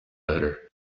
better